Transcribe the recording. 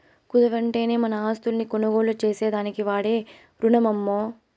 కుదవంటేనే మన ఆస్తుల్ని కొనుగోలు చేసేదానికి వాడే రునమమ్మో